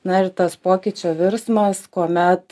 na ir tas pokyčio virsmas kuomet